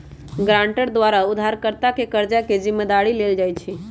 guarantor द्वारा उधारकर्ता के कर्जा के जिम्मदारी लेल जाइ छइ